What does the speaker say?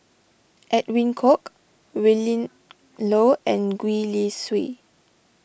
Edwin Koek Willin Low and Gwee Li Sui